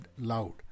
loud